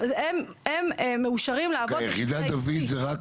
הם מאושרים לעבוד בשטחי C. יחידת "דויד" זה רק